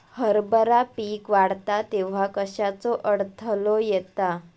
हरभरा पीक वाढता तेव्हा कश्याचो अडथलो येता?